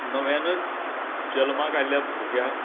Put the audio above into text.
नव्यानच जल्माक आयिल्ल्या भुरग्याक